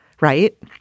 right